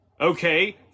Okay